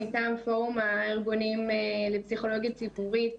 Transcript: מטעם פורום הארגונים לפסיכולוגיה ציבורית.